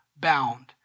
bound